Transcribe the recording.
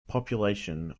population